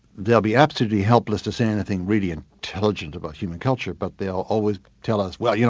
they'll be absolutely helpless to say anything really and intelligent about human culture, but they'll always tell us, well, you